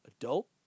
adult